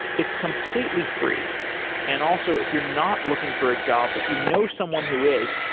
it's completely free and also, if you're not looking for a job but you know someone who is,